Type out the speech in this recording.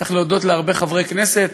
צריך להודות להרבה חברי כנסת,